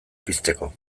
pizteko